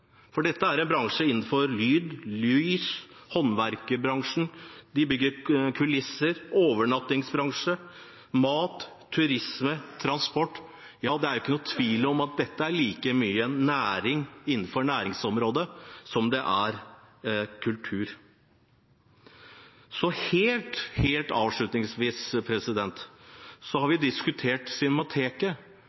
For dette er en bransje innenfor lyd, lys, håndverk – de bygger kulisser – overnatting, mat, turisme, transport. Ja, det er jo ikke noen tvil om at dette hører til like mye innenfor næringsområdet som kulturområdet. Og så helt avslutningsvis: Vi har diskutert Cinemateket, som vi